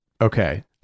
Okay